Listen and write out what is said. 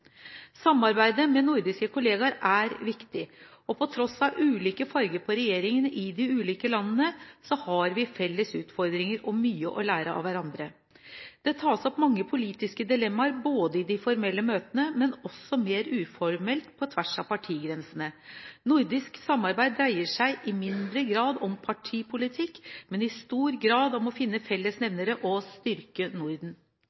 Samarbeidet med nordiske kolleger er viktig, og på tross av ulike farger på regjeringene i de ulike landene har vi felles utfordringer og mye å lære av hverandre. Det tas opp mange politiske dilemmaer både i de formelle møtene og mer uformelt på tvers av partigrensene. Nordisk samarbeid dreier seg i mindre grad om partipolitikk, men i stor grad om å finne fellesnevnere og å styrke Norden.